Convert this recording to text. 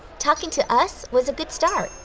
talking to us was a good start.